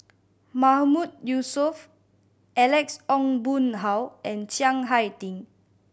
Mahmood Yusof Alex Ong Boon Hau and Chiang Hai Ding